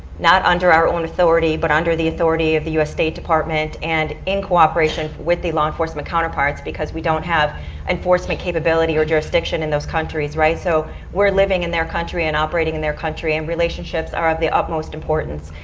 not under our own authority but under the authority of the u s. state department and in cooperation with the law enforcement counter parts because we don't have enforcement capability or jurisdiction in those countries. so we're living in their country and operating in their country and relationships are of the utmost importance.